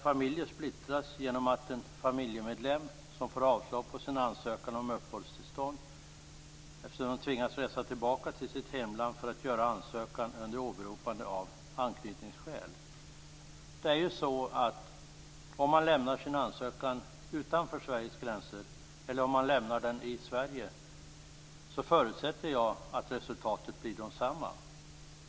Familjer splittras genom att en familjemedlem som får avslag på sin ansökan om uppehållstillstånd tvingas resa tillbaka till sitt hemland för att göra ansökan under åberopande av anknytningsskäl. Vare sig man lämnar sin ansökan utanför Sveriges gränser eller man lämnar den i Sverige förutsätter jag att resultatet blir detsamma.